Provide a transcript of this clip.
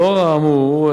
לאור האמור,